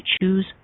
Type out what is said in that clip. choose